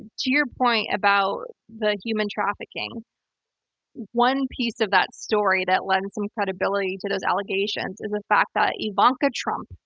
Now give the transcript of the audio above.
to your point about the human trafficking one piece of that story that lends some credibility to those allegations is the fact that ivanka trump,